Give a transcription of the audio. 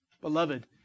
Beloved